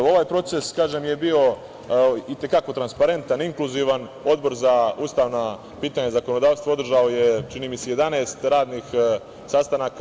Ovaj proces, kažem, je bio i te kako transparentan, inkluzivan, Odbor za ustavna pitanja i zakonodavstvo održao je, čini mi se, 11 radnih sastanka.